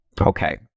Okay